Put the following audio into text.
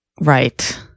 Right